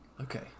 Okay